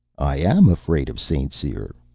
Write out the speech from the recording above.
i am afraid of st. cyr,